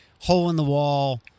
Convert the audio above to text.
hole-in-the-wall